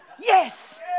Yes